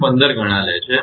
15 ગણા લે છેબરાબર